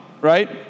right